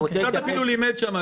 וקצת אפילו לימד שם,